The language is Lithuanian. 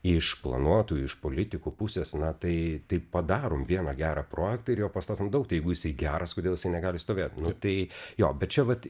iš planuotų iš politikų pusės na tai tai padarom vieną gerą projektą ir jo pastatom daug tai jeigu jisai geras kodėl jisai negali stovėt nu tai jo bet čia vat